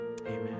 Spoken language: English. Amen